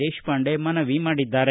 ದೇಶಪಾಂಡೆ ಮನವಿ ಮಾಡಿದ್ದಾರೆ